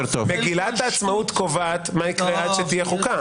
מגילת העצמאות קובעת מה יקרה עד שתהיה חוקה.